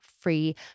free